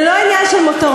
זה לא עניין של מותרות,